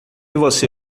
você